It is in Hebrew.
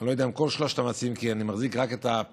אני לא יודע על ידי מכל שלושת המציעים,